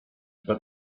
but